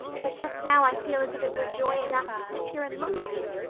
but just now i feel as if it were joy enough to sit here and look at you.